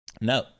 no